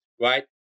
right